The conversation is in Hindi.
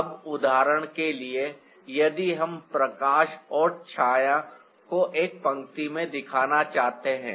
अब उदाहरण के लिए यदि हम प्रकाश और छाया को एक पंक्ति में दिखाना चाहते हैं